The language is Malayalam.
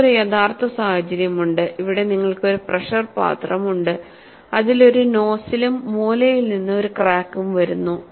നിങ്ങൾക്ക് ഒരു യഥാർത്ഥ സാഹചര്യമുണ്ട് അവിടെ നിങ്ങൾക്ക് ഒരു പ്രഷർ പാത്രം ഉണ്ട് അതിൽ ഒരു നോസിലും മൂലയിൽ നിന്ന് ഒരു ക്രാക്കും വരുന്നു